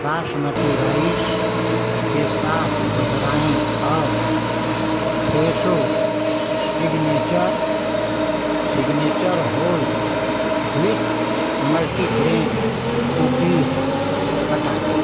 basmati rice के साथ दोहराएँ और Fresho signature signature whole wheat multigrain cookies हटा दें